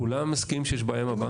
כולם מסכימים שיש בעיה עם הבנקים?